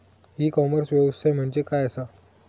E commerce व्यवसाय म्हणजे काय असा?